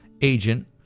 agent